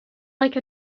like